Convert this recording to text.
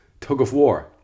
tug-of-war